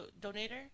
donator